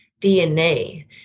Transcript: DNA